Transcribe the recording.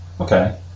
Okay